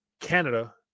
Canada